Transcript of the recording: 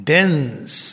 Dense